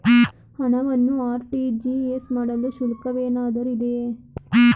ಹಣವನ್ನು ಆರ್.ಟಿ.ಜಿ.ಎಸ್ ಮಾಡಲು ಶುಲ್ಕವೇನಾದರೂ ಇದೆಯೇ?